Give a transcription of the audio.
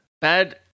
Bad